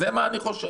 זה מה שאני חושב.